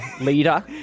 leader